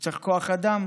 הוא צריך כוח אדם.